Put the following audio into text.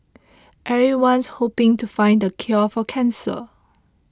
everyone's hoping to find the cure for cancer